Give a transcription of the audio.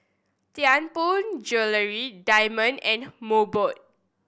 Tianpo Jewellery Diamond and Mobot